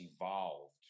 evolved